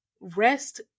Rest